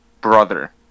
brother